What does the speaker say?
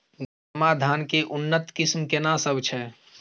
गरमा धान के उन्नत किस्म केना सब छै?